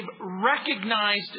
recognized